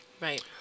Right